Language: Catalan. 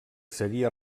seria